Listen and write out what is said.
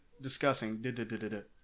discussing